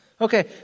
Okay